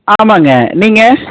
ஆமாங்க நீங்கள்